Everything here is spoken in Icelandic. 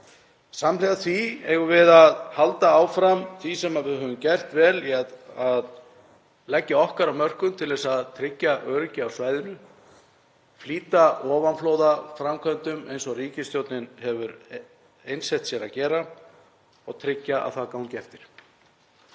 Samhliða því eigum við að halda áfram því sem við höfum gert vel til að leggja okkar af mörkum í þágu þess að tryggja öryggi á svæðinu, flýta ofanflóðaframkvæmdum eins og ríkisstjórnin hefur einsett sér að gera og tryggja að það gangi eftir.